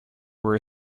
were